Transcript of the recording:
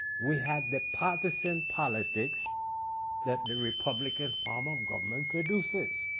we had the partisan politics that the republican form of government produces.